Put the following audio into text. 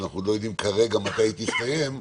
אנחנו לא יודעים כרגע מתי היא תסתיים.